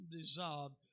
dissolved